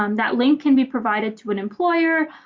um that link can be provided to an employer,